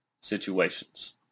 situations